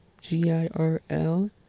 g-i-r-l